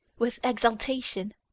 with exaltation,